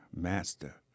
master